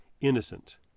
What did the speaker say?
innocent